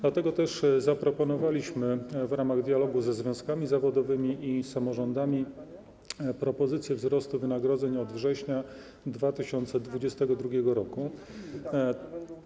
Dlatego też zaproponowaliśmy w ramach dialogu ze związkami zawodowymi i samorządami propozycje wzrostu wynagrodzeń od września 2022 r.